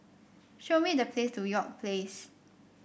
show me The Place to York Place